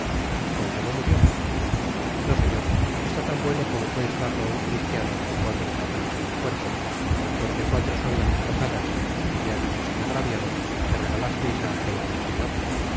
con que no murió no señor está tan bueno como puede estarlo un cristiano con cuatro estocadas en el cuerpo porque cuatro son las estocadas y sea dicho sin agraviaros que regalasteis á aquel buen señor